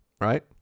Right